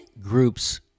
groups